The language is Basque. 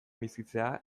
bizitzea